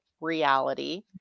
reality